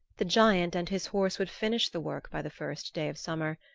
the giant and his horse would finish the work by the first day of summer,